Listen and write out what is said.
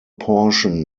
portion